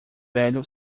velho